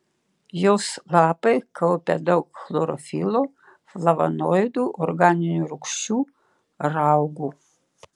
jos lapai kaupia daug chlorofilo flavonoidų organinių rūgščių raugų